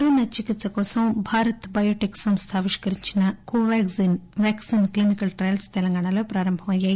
corona చికిత్ప కోసం Bharat Biotech సంస్థ ఆవిష్కరించిన కొవార్జిస్ వ్యాక్పిస్ క్లినికల్ ట్రయల్స్ తెలంగాణలో ప్రారంభమయ్యాయి